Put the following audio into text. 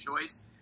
choice